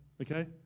okay